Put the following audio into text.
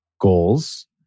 goals